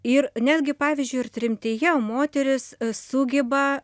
ir netgi pavyzdžiui ir tremtyje moterys sugeba